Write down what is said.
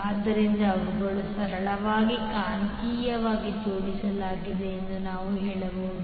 ಆದ್ದರಿಂದ ಅವುಗಳನ್ನು ಸರಳವಾಗಿ ಕಾಂತೀಯವಾಗಿ ಜೋಡಿಸಲಾಗಿದೆ ಎಂದು ನಾವು ಹೇಳಬಹುದು